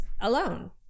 alone